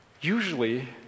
Usually